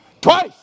twice